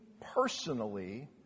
personally